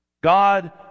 God